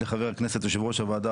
לחבר הכנסת יושב ראש הוועדה,